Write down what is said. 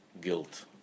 guilt